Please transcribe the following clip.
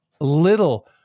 little